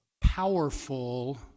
powerful